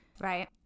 right